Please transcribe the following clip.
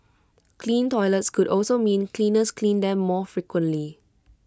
clean toilets could also mean cleaners clean them more frequently